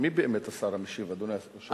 מי באמת השר המשיב, אדוני היושב-ראש?